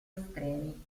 estremi